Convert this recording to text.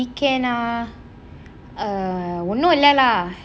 weekend ah um ஒன்னும் இல்ல:onnum illa lah